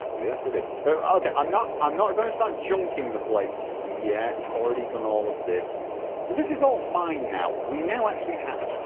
yes i did right okay, i'm not, i'm not gonna start junking the place yet already done all of this so this is all mine now we now actually have